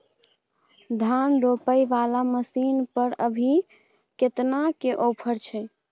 धान रोपय वाला मसीन पर अभी केतना के ऑफर छै?